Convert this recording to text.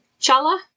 chala